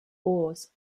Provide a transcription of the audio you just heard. oars